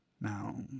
Now